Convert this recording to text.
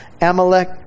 Amalek